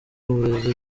uburezi